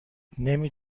نمی